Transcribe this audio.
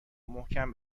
محکم